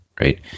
Right